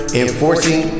enforcing